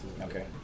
Okay